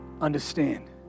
understand